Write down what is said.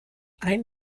ein